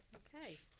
okay,